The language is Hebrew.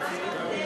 ומה עם הפלמים?